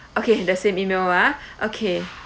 okay the same email ah okay